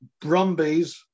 Brumbies